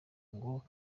ngo